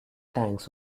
tanks